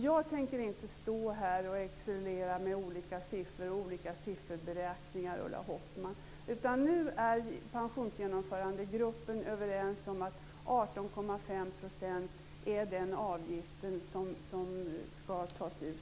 Jag tänker inte här exercera med olika siffror och sifferberäkningar, Ulla Hoffmann, utan nu är vi i Pensionsgenomförandegruppen överens om att